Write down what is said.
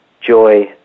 joy